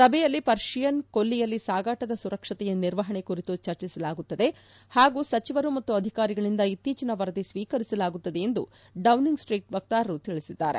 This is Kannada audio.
ಸಭೆಯಲ್ಲಿ ಪರ್ಷಿಯನ್ ಕೊಲ್ಲಿಯಲ್ಲಿ ಸಾಗಾಟದ ಸುರಕ್ಷತೆಯ ನಿರ್ವಹಣೆ ಕುರಿತು ಚರ್ಚಿಸಲಾಗುತ್ತದೆ ಹಾಗೂ ಸಚವರು ಮತ್ತು ಅಧಿಕಾರಿಗಳಿಂದ ಇತ್ತೀಚನ ವರದಿಯನ್ನು ಸ್ವೀಕರಿಸಲಾಗುತ್ತದೆ ಎಂದು ಡೌನಿಂಗ್ ಸ್ವೀಟ್ ವಕ್ತಾರರು ತಿಳಿಸಿದ್ದಾರೆ